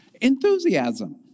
Enthusiasm